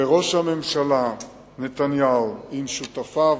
וראש הממשלה נתניהו עם שותפיו,